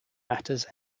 matters